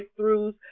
breakthroughs